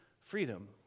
freedom